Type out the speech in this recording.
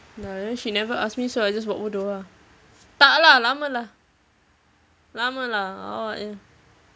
ya then she never ask me so I just buat bodoh ah tak lah lama lah lama lah awak jer